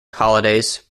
holidays